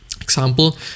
Example